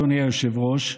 אדוני היושב-ראש,